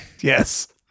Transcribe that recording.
Yes